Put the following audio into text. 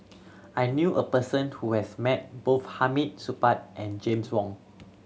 I knew a person who has met both Hamid Supaat and James Wong